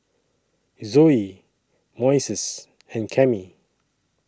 Zoey Moises and Cammie